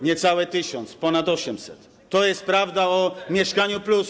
Niecały tysiąc, ponad 800 - to jest prawda o „Mieszkaniu+”